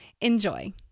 Enjoy